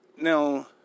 Now